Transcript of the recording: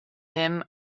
him